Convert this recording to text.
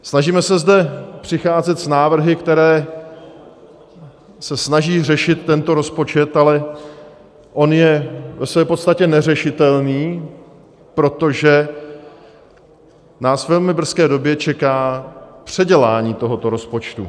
Snažíme se zde přicházet s návrhy, které se snaží řešit tento rozpočet, ale on je ve své podstatě neřešitelný, protože nás ve velmi brzké době čeká předělání tohoto rozpočtu.